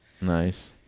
Nice